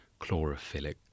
chlorophyllic